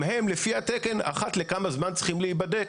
גם הם לפי התקן אחת לכמה זמן צריכים להיבדק.